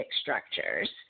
structures